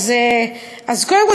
אף אחד.